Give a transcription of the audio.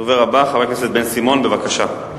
הדובר הבא, חבר הכנסת בן-סימון, בבקשה.